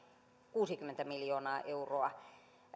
kuusikymmentä miljoonaa euroa